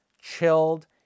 chilled